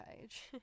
page